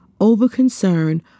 over-concern